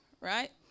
right